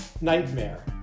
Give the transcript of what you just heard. Nightmare